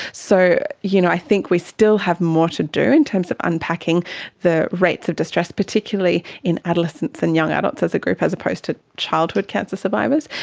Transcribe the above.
so you know i think we still have more to do in terms of unpacking the rates of distress, particularly in adolescents and young adults as a group, as opposed to childhood cancer survivors.